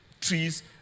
trees